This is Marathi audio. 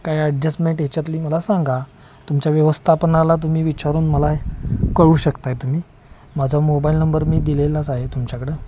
काय ॲडजेस्टमेंट ह्याच्यातली मला सांगा तुमच्या व्यवस्थापनाला तुम्ही विचारून मला कळवू शकत आहे तुम्ही माझा मोबाईल नंबर मी दिलेलाच आहे तुमच्याकडं